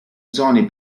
zone